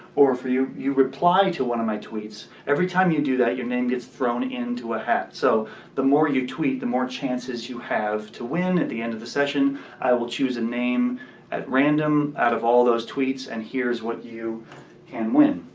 or if you you reply to one of my tweets, every time you do that your name gets thrown into a hat. so the more you tweet, the more chances you have to win. at the end of the session i will choose a name at random out of all those tweets. and here's what you can win.